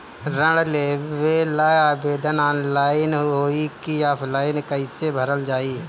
ऋण लेवेला आवेदन ऑनलाइन होई की ऑफलाइन कइसे भरल जाई?